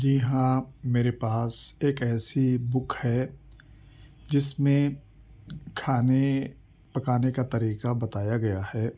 جی ہاں میرے پاس ایک ایسی بک ہے جس میں کھانے پکانے کا طریقہ بتایا گیا ہے